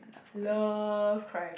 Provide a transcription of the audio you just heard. love crime